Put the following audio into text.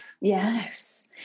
Yes